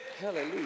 Hallelujah